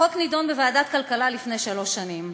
החוק נדון בוועדת הכלכלה לפני שלוש שנים,